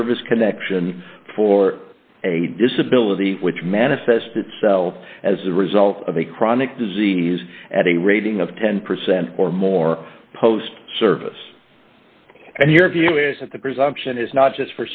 service connection for a disability which manifests itself as the result of a chronic disease at a rating of ten percent or more post service and your view is that the presumption is not just